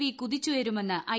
V കുതിച്ചുയരുമെന്ന് I